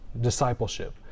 discipleship